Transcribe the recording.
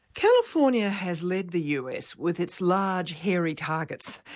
california has led the us with its large, hairy targets',